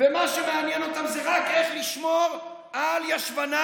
ומה שמעניין אותם זה רק איך לשמור על ישבנם,